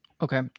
Okay